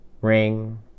ring